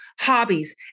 hobbies